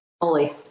holy